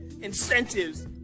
Incentives